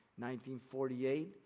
1948